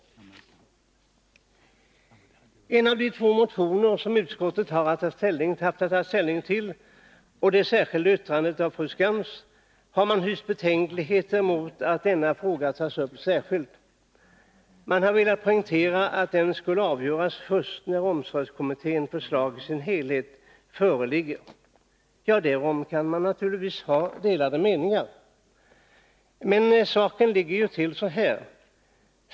Ten av de två motioner som utskottet har haft att ta ställning till och i det särskilda yttrandet av Anna-Greta Skantz har man hyst betänklighet mot att denna fråga tas upp enskilt. Man har velat poängtera att den skulle avgöras först när omsorgskommitténs förslag i sin helhet föreligger. Ja, därom kan man naturligtvis ha olika meningar. Men saken ligger ju till så här.